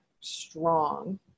strong